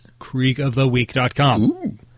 creekoftheweek.com